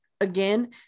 again